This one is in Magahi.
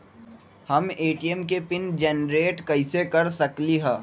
हम ए.टी.एम के पिन जेनेरेट कईसे कर सकली ह?